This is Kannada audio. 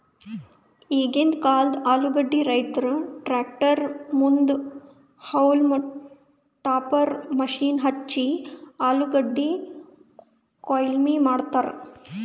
ಈಗಿಂದ್ ಕಾಲ್ದ ಆಲೂಗಡ್ಡಿ ರೈತುರ್ ಟ್ರ್ಯಾಕ್ಟರ್ ಮುಂದ್ ಹೌಲ್ಮ್ ಟಾಪರ್ ಮಷೀನ್ ಹಚ್ಚಿ ಆಲೂಗಡ್ಡಿ ಕೊಯ್ಲಿ ಮಾಡ್ತರ್